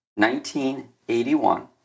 1981